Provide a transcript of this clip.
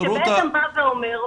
שבעצם בא ואומר,